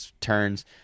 turns